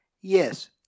Yes